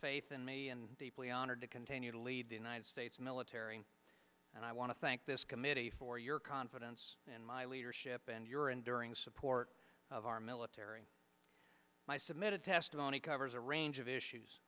faith in me and deeply honored to continue to lead the united states military and i want to thank this committee for your confidence in my leadership and your enduring support of our military my submitted testimony covers a range of issues